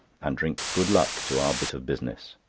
and drink good luck to our bit of business.